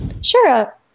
Sure